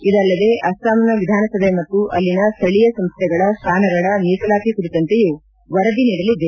ಇದಲ್ಲದೆ ಅಸ್ಲಾಂನ ವಿಧಾನಸಭೆ ಮತ್ತು ಅಲ್ಲಿನ ಸ್ಥಳೀಯ ಸಂಸ್ಟೆಗಳ ಸ್ಟಾನಗಳ ಮೀಸಲಾತಿ ಕುರಿತಂತೆಯೂ ವರದಿ ನೀಡಲಿದೆ